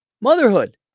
motherhood